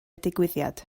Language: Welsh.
digwyddiad